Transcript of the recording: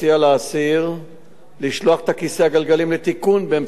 לשלוח את כיסא הגלגלים לתיקון באמצעות המשפחה,